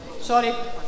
Sorry